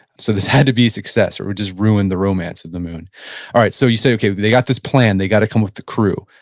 so this had to be a success or it would just ruin the romance of the moon alright, so you say, okay, they got this plan, they got to come with the crew.